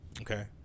okay